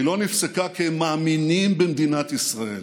והיא לא נפסקה כי הם מאמינים במדינת ישראל,